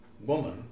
woman